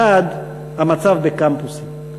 1. המצב בקמפוסים.